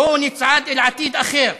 בואו נצעד אל עתיד אחר,